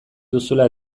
duzula